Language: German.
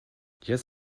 jetzt